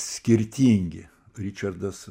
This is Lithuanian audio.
skirtingi ričardas